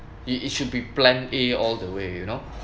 it it should be plan A all the way you know